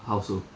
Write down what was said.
how so